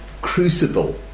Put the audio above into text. crucible